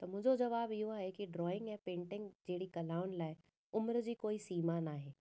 त मुंहिंजो जवाबु इहो आहे की ड्रॉइंग ऐं पेंटिंग जहिड़ी कलाउनि लाइ उमिरि जी कोई सीमा न आहे